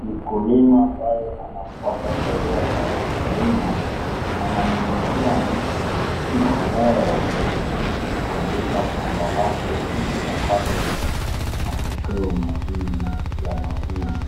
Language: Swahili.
Mkulima ambaye anapata sheria za kulima ananyunyuzia mbolea katika shamba lake ili apate matokeo mazuri ya mavuno.